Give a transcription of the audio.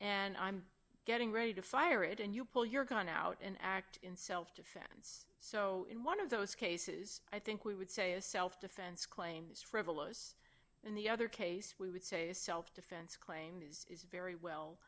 and i'm getting ready to fire it and you pull your gun out and act in self defense so in one of those cases i think we would say a self defense claim is frivolous and the other case we would say a self defense claim is very well